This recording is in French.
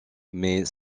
mais